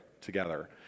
together